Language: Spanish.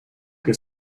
que